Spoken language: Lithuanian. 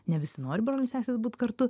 ne visi nori broliai ir sesės būt kartu